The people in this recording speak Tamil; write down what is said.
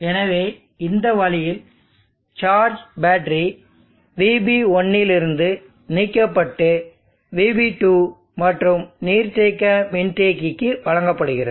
எனவே இந்த வழியில் சார்ஜ் பேட்டரி VB1 இல் இருந்து நீக்கப்பட்டு VB2 மற்றும் நீர்தேக்க மின்தேக்கிக்கு வழங்கப்படுகிறது